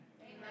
Amen